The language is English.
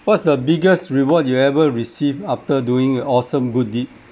what's the biggest reward you ever received after doing an awesome good deed